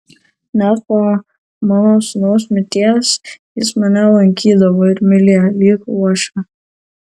net po mano sūnaus mirties jis mane lankydavo ir mylėjo lyg uošvę